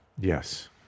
Yes